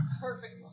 Perfect